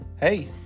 Hey